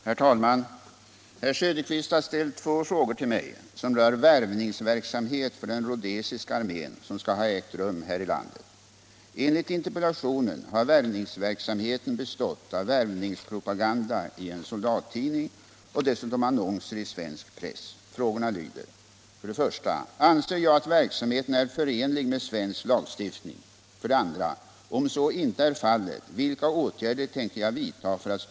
Herr talman! Herr Söderqvist har ställt två frågor till mig som rör värvningsverksamhet för den rhodesiska armén som skall ha ägt rum här i landet. Enligt interpellationen har värvningsverksamheten bestått av värvningspropaganda i en soldattidning och dessutom annonser i svensk press. Frågorna lyder: 1. Anser justitieministern att verksamheten är förenlig med svensk lagstiftning?